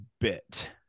bit